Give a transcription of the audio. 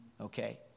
Okay